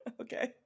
Okay